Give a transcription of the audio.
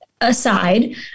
aside